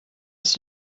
its